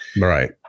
Right